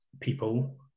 people